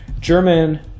German